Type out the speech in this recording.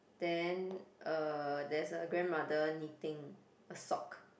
then uh there's a grandmother knitting a sock